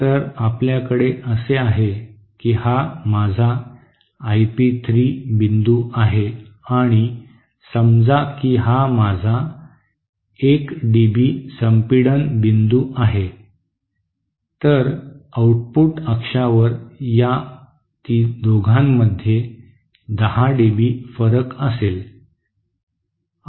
तर आपल्याकडे असे आहे की हा माझा आय पी 3 बिंदू आहे आणि समजा की हा माझा 1 डीबी संपीडन बिंदू आहे तर आउटपुट अक्षावर त्या दोघांमध्ये 10 डीबी फरक असेल